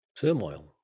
turmoil